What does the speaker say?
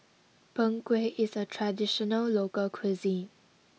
Png Kueh is a traditional local cuisine